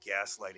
gaslighting